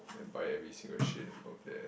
and buy every single shit out there